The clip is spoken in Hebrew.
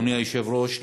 אדוני היושב-ראש,